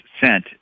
sent